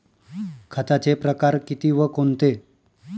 खताचे प्रकार किती व कोणते?